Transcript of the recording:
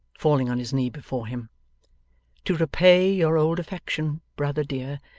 falling on his knee before him to repay your old affection, brother dear,